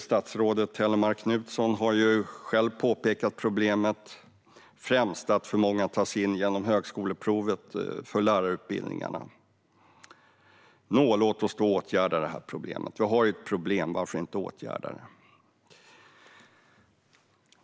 Statsrådet Hellmark Knutsson har ju själv påpekat problemet att för många tas in främst till lärarutbildningarna via högskoleprovet. Nå, låt oss då åtgärda problemet. Vi har ju ett problem. Varför inte åtgärda det?